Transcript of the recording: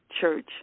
Church